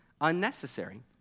unnecessary